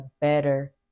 better